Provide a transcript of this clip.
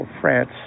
France